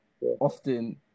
often